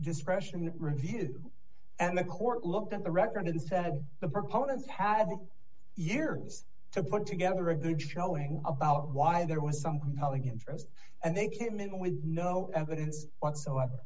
discretion review and the court looked at the record instead the proponents had years to put together a good showing about why there was some compelling interest and they came in with no evidence whatsoever